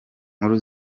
nkuru